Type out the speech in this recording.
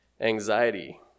anxiety